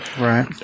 Right